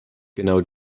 genau